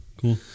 cool